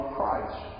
Christ